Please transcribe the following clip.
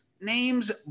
names